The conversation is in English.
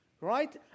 right